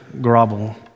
grovel